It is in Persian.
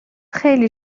خیلی